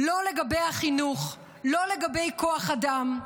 לא לגבי החינוך, לא לגבי כוח אדם.